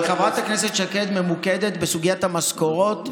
אבל חברת הכנסת שקד ממוקדת בסוגיית המשכורות.